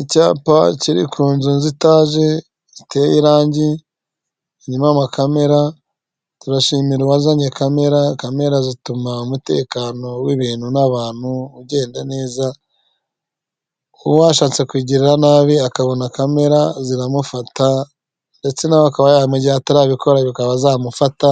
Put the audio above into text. Icyapa kiri ku nzu iteye irangi hanyuma hari nama kamera (cameras). Turashimira uwazanye kamera (camera), kamerara(camera) zituma umutekano w'ibintu n'abantu ugenda neza. Uwashatse kugira nabi akabona kamera(cameras) ziramufata. Ndetse yaba igihe atarabikora zikaba zamufata